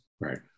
Right